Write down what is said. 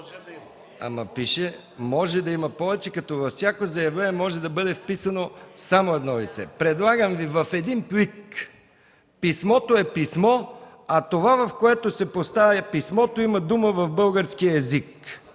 Пише: „може да има повече, като във всяко едно заявление може да бъде вписано само едно лице”. Предлагам Ви „в един плик”. Писмото е писмо, а за това, в което се поставя писмото, има дума в българския език.